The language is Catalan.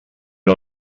era